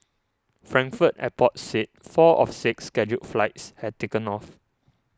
frankfurt airport said four of six scheduled flights had taken off